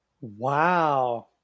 Wow